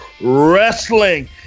wrestling